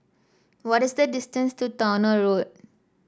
what is the distance to Towner Road